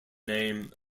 name